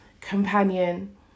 companion